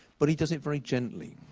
but he does it very gently.